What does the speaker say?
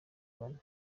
bane